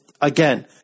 again